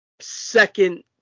Second